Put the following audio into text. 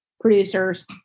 producers